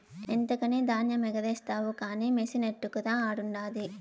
ఎంతకని ధాన్యమెగారేస్తావు కానీ మెసినట్టుకురా ఆడుండాది